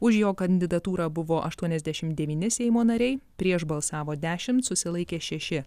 už jo kandidatūrą buvo aštuoniasdešim devyni seimo nariai prieš balsavo dešimt susilaikė šeši